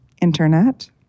Internet